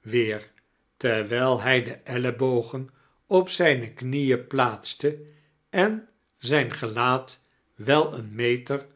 weer terwijl hij de ellebogen op zijne kmieen plaatete en zijn gelaat wel een meter